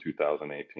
2018